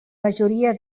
majoria